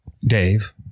Dave